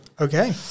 Okay